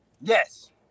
yes